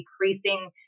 decreasing